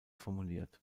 formuliert